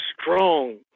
strong